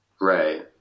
right